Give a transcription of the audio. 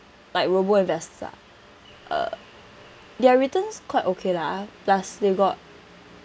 like robo investors ah uh their returns quite okay lah plus they got